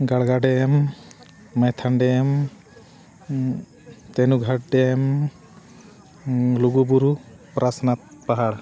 Garga dam Maithon dam ᱛᱮᱱᱩ ᱜᱷᱟᱴ dam ᱞᱩᱜᱩᱵᱩᱨᱩ ᱯᱚᱨᱮᱥᱱᱟᱛᱷ ᱯᱟᱦᱟᱲ